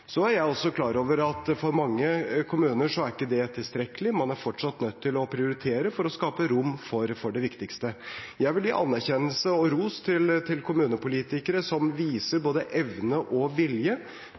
Så er jeg klar over at for mange kommuner er ikke det tilstrekkelig. Man er fortsatt nødt til å prioritere for å skape rom for det viktigste. Jeg vil gi anerkjennelse og ros til kommunepolitikere som viser